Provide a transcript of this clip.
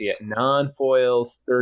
non-foils